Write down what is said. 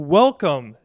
welcome